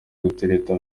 gutereta